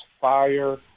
fire